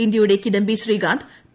ഇന്ത്യയുടെ കിഡമ്പി ശ്രീകാന്ത് പി